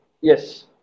yes